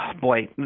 boy